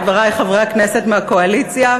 חברי חברי הכנסת מהקואליציה,